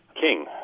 king